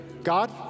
God